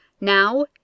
Now